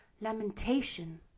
lamentation